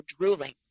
drooling